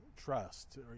trust